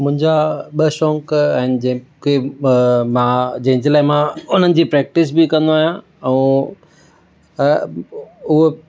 मुंहिंजा ॿ शौंक़ आहिनि जेके अ मां जंहिंजे लाइ मां उन्हनि जी प्रेक्टिस बि कंदो आहियां ऐं उहा